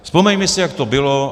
Vzpomeňme si, jak to bylo.